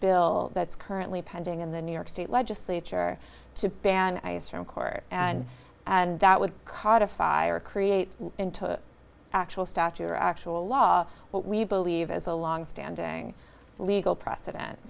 bill that's currently pending in the new york state legislature to ban ice from court and and that would cause a fire create into an actual statute or actual law what we believe is a longstanding legal precedent